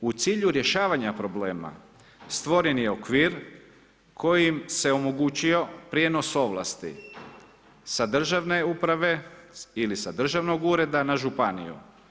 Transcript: U cilju rješavanja problema stvoren je okvir kojim se omogućio prijenos ovlasti sa državne uprave ili sa državnom ureda na županiju.